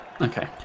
Okay